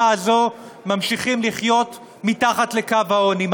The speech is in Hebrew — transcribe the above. הזו ממשיכים לחיות מתחת לקו העוני?